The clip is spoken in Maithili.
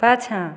पाछाँ